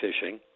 fishing